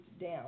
down